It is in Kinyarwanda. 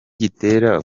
gitera